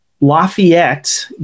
Lafayette